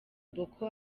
boko